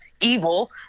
evil